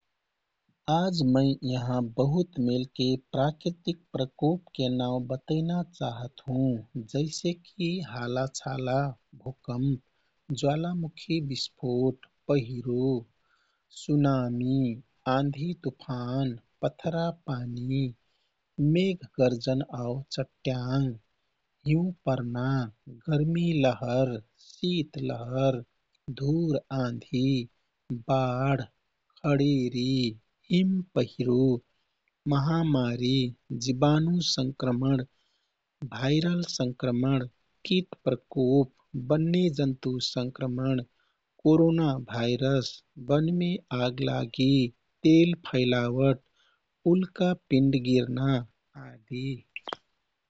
आज मै यहाँ बहुत मेलके प्राकृतिक प्रकोपके नाउ बतैना चाहत हुँ। जैसेकि हालाचाला, भुकम्प, ज्वालामुखी बिस्फोट, पहिरो, सुनामी, आँधूतुफान, पथरा पानी, मेघ गर्जन आउ चट्याङ्ग, हिँउ पर्ना, गर्मि लहर, शित लहर, धुर आँधी, बाढ, खडेरी, हिमपहिरो, महामारी, जीवाणु संक्रमण, भाइरल संक्रमण, कीट प्रकोप, बन्यजन्तु संक्रमण, कोरोना भाइरस, बनमे आगलागी, तेल फैलावट, उल्का पिण्ड गिरना आदि।